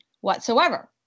whatsoever